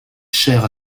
chère